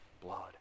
blood